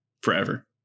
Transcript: Forever